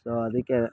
so ಅದಕ್ಕೆ